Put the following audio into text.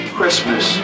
Christmas